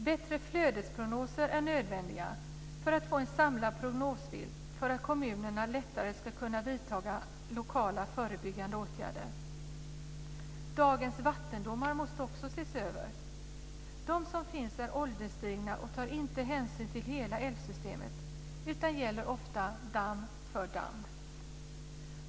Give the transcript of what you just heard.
Bättre flödesprognoser är nödvändiga med en samlad prognosbild för att kommunerna lättare ska kunna vidta lokala förebyggande åtgärder. Dagens vattendomar måste också ses över. De som finns är ålderstigna och tar inte hänsyn till hela älvsystemet utan gäller ofta damm för damm.